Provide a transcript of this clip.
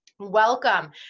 Welcome